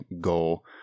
goal